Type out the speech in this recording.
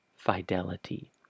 fidelity